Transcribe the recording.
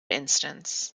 instance